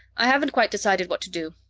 i haven't quite decided what to do.